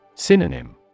Synonym